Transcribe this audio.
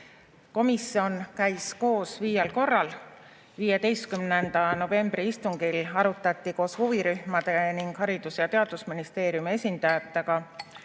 Komisjon käis koos viiel korral. 15. novembri istungil arutati koos huvirühmade ning Haridus‑ ja Teadusministeeriumi esindajatega